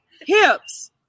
hips